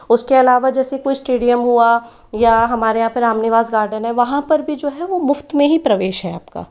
उसके अलावा जैसे कोई स्टेडियम हुआ या हमारे यहाँ पर रामनिवास गार्डन है वहाँ पर भी जो है वो मुफ़्त में ही प्रवेश है आपका